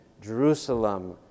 Jerusalem